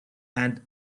and